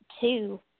Two